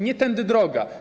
Nie tędy droga.